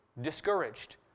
discouraged